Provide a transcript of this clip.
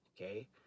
okay